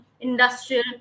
industrial